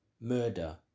murder